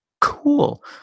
Cool